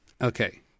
Okay